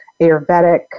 ayurvedic